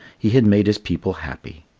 he had made his people happy.